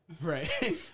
Right